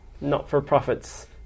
not-for-profits